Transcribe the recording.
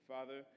Father